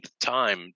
time